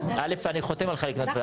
חותם על חלק מהדברים,